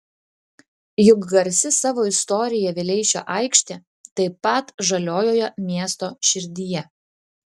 juk garsi savo istorija vileišio aikštė taip pat žaliojoje miesto širdyje